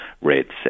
rates